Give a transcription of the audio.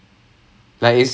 err